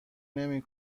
نمی